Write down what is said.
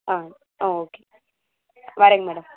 ஆ ஆ ஓகே வரங்க மேடம்